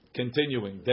continuing